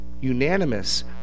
unanimous